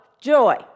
joy